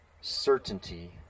certainty